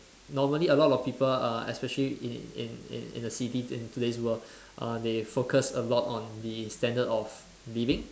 normally a lot of people uh especially in in in in the cities in today's world uh they focus a lot on the standard of living